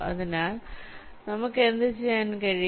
അതിനാൽ നമുക്ക് എന്ത് ചെയ്യാൻ കഴിയും